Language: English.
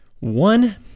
One